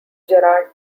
gerard